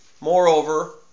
Moreover